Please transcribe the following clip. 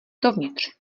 dovnitř